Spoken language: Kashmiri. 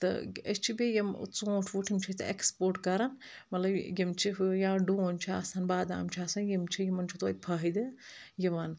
تہٕ أسۍ چھِ بیٚیہِ یِم ژوٗنٛٹھۍ ووٗٹھۍ یِم چھِ أسۍ ایٚکٕسپوٹ کرَان مطلب یِم چھِ یا ڈوٗنۍ چھِ آسَان بادام چھِ آسَان یِم چھِ یِمَن چھِ توتہِ فٲہِدٕ یِوَان